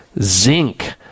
zinc